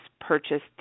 purchased